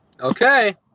Okay